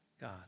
God